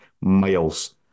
Miles